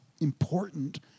important